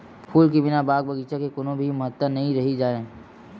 फूल के बिना बाग बगीचा के कोनो भी महत्ता नइ रहि जाए